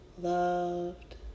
loved